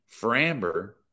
Framber